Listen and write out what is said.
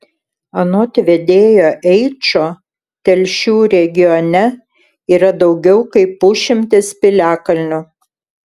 anot vedėjo eičo telšių regione yra daugiau kaip pusšimtis piliakalnių